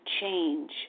change